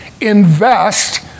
Invest